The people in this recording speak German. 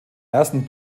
ersten